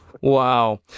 Wow